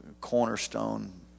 cornerstone